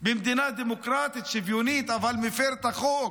במדינה דמוקרטית שוויונית, מפר את החוק,